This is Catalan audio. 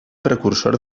precursor